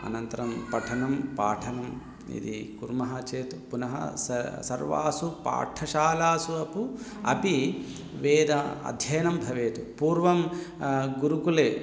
अनन्तरं पठनं पाठनं यदि कुर्मः चेत् पुनः स सर्वासु पाठशालासु अपि अपि वेदाध्ययनं भवेत् पूर्वं गुरुकुले